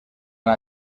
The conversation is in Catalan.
una